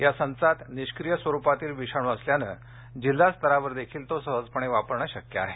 या संचात निष्क्रीय स्वरुपातील विषाणू असल्याने जिल्हा स्तरावर देखील तो सहजपणे वापरणे शक्य आहे